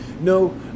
No